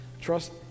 trust